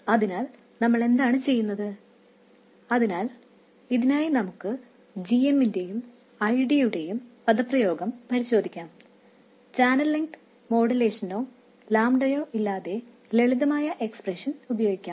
അതിനാൽ നമ്മൾ എന്താണ് ചെയ്യുന്നത് അതിനാൽ ഇതിനായി നമുക്ക് gm ന്റെയും I D യുടെയും എക്സ്പ്രെഷൻ പരിശോധിക്കാം ചാനൽ ലെങ്ത് മോഡുലേഷനോ ലാംഡയോ ഇല്ലാതെ ലളിതമായ എക്സ്പ്രഷൻ ഉപയോഗിക്കാം